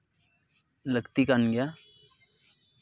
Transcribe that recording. ᱞᱟᱹᱠᱛᱤ ᱠᱟᱱ ᱜᱮᱭᱟ